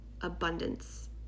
abundance